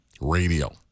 radio